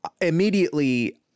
immediately